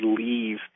leave